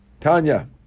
Tanya